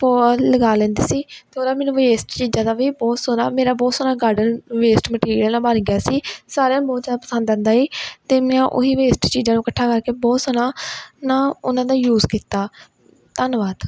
ਪੋ ਲਗਾ ਲੈਂਦੀ ਸੀ ਅਤੇ ਉਹਦਾ ਮੈਨੂੰ ਵੇਸਟ ਚੀਜ਼ਾਂ ਦਾ ਵੀ ਬਹੁਤ ਸੋਹਣਾ ਮੇਰਾ ਬਹੁਤ ਸੋਹਣਾ ਗਾਰਡਨ ਵੇਸਟ ਮਟੀਰੀਅਲ ਨਾਲ ਬਣ ਗਿਆ ਸੀ ਸਾਰਿਆਂ ਨੂੰ ਪਸੰਦ ਆਉਂਦਾ ਸੀ ਅਤੇ ਮੈਂ ਉਹੀ ਵੇਸਟ ਚੀਜ਼ਾਂ ਨੂੰ ਇਕੱਠਾ ਕਰਕੇ ਬਹੁਤ ਸੋਹਣਾ ਨਾ ਉਹਨਾਂ ਦਾ ਯੂਜ ਕੀਤਾ ਧੰਨਵਾਦ